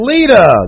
Lita